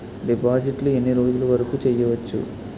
డిపాజిట్లు ఎన్ని రోజులు వరుకు చెయ్యవచ్చు?